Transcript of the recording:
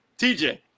TJ